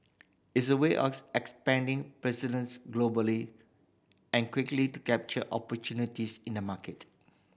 it's a way of expanding presence globally and quickly to capture opportunities in the market